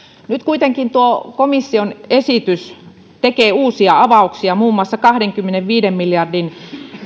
nyt kuitenkin tuo komission esitys tekee uusia avauksia muun muassa kahdenkymmenenviiden miljardin